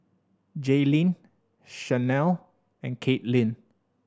Jayleen Chanelle and Katelynn